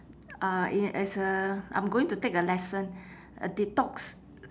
uh i~ as a I'm going to take a lesson a detox